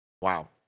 Wow